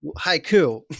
Haiku